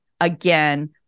again